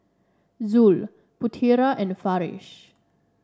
Zul Putera and Farish